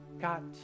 got